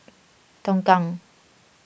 Tongkang